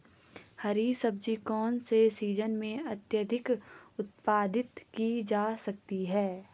हरी सब्जी कौन से सीजन में अत्यधिक उत्पादित की जा सकती है?